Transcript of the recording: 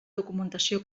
documentació